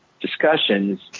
discussions